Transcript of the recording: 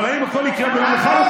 אבל האם הכול יקרה ביום אחד?